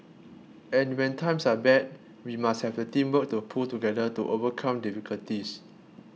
and when times are bad we must have the teamwork to pull together to overcome difficulties